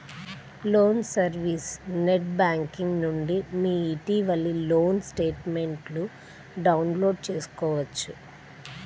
loan service net banking నుండి మీ ఇటీవలి లోన్ స్టేట్మెంట్ను డౌన్లోడ్ చేసుకోవచ్చు